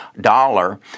dollar